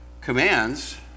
commands